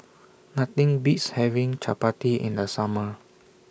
Nothing Beats having Chapati in The Summer